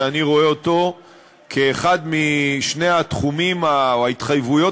שאני רואה אותו כאחד משני התחומים או ההתחייבויות